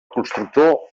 constructor